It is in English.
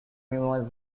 noise